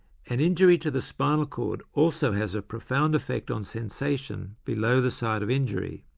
an injury to the spinal cord also has a profound effect on sensation below the site of injury,